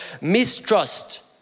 mistrust